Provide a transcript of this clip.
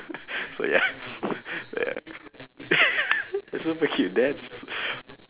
so ya ya so okay that's